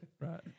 right